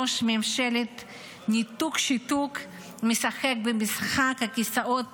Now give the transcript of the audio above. ראש ממשלת הניתוק-שיתוק משחק במשחק הכיסאות